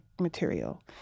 material